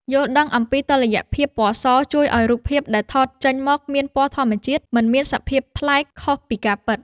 យល់ដឹងអំពីតុល្យភាពពណ៌សជួយឱ្យរូបភាពដែលថតចេញមកមានពណ៌ធម្មជាតិមិនមានសភាពប្លែកខុសពីការពិត។